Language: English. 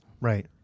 Right